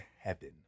heaven